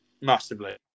Massively